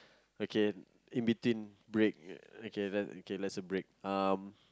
okay in between break okay then okay let's have break um